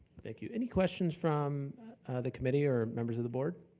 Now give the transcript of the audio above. thank you. any questions from the committee or members of the board?